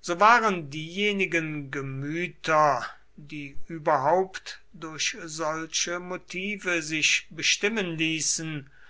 so waren diejenigen gemüter die überhaupt durch solche motive sich bestimmen ließen